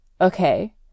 okay